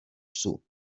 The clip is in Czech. psů